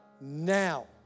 now